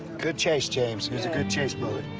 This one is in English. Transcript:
good chase, james. it was a good chase, brother.